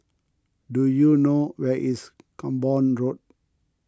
do you know where is Camborne Road